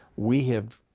we have,